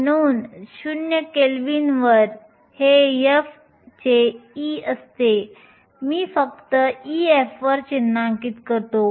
म्हणून 0 केल्विनवर हे f चे e असते मी फक्त Ef वर चिन्हांकित करतो